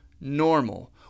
normal